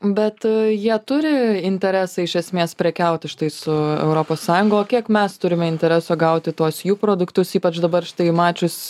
bet jie turi interesą iš esmės prekiauti štai su europos sąjunga o kiek mes turime intereso gauti tuos jų produktus ypač dabar štai mačius